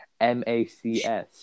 M-A-C-S